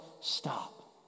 stop